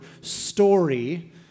story